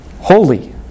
holy